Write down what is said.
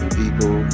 people